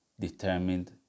determined